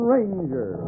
Ranger